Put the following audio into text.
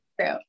true